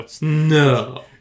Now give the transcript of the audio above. no